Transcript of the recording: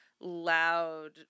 Loud